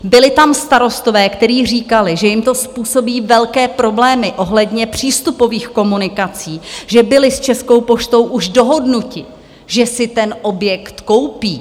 Byli tam starostové, kteří říkali, že jim to způsobí velké problémy ohledně přístupových komunikací, že byli s Českou poštou už dohodnuti, že si ten objekt koupí.